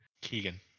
Keegan